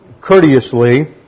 courteously